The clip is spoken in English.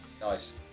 Nice